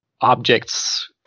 objects